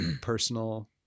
personal